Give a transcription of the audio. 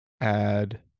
add